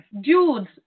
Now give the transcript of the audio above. Dudes